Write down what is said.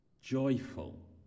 joyful